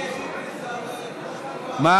תמנו את ביבי לשר לאיכות הסביבה.